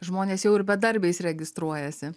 žmonės jau ir bedarbiais registruojasi